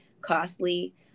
costly